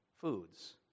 foods